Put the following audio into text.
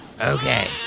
Okay